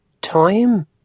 Time